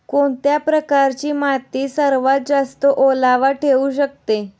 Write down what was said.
कोणत्या प्रकारची माती सर्वात जास्त ओलावा ठेवू शकते?